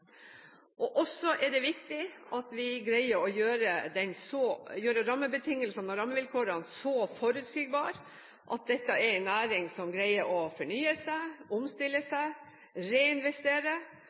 er også viktig at vi greier å gjøre rammebetingelsene og rammevilkårene så forutsigbare at det er en næring som greier å fornye seg, omstille